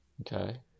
Okay